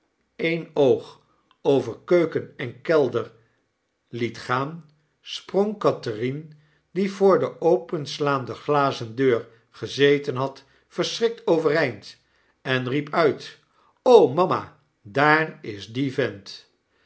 een oog over keuken en kelder liet gaan sprong catherine die voor de openslaande glazendeur gezeten had verschrikt overeind en riep uit mama daar is die vent